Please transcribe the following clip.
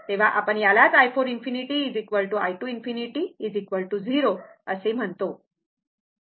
तर आपण यालाच i4∞ i2∞ 0 असे म्हणतो